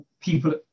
people